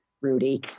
Rudy